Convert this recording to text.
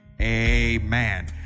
amen